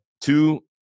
two